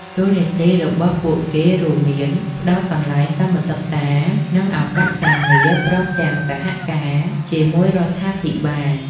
តួនាទីរបស់ពួកគេរួមមាន ផ្តល់កន្លែងកម្មសិក្សា និងឱកាសការងារ ព្រមទាំងសហការជាមួយរដ្ឋាភិបាល។